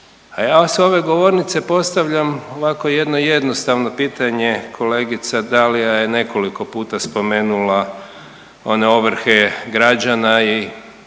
Ja sa ove govornice postavljam ovako jedno jednostavno pitanje. Kolegica Dalija je nekoliko puta spomenula o ne ovrhe građana i